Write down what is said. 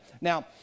Now